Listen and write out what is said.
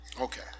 Okay